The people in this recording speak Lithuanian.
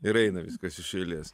ir eina viskas iš eilės